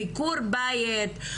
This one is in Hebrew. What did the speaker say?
ביקור בית,